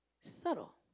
Subtle